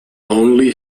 only